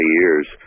years